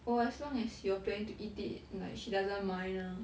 oh as long as you're planning to eat it like she doesn't mind lah